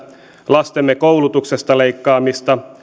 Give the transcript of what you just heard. lastemme koulutuksesta leikkaamista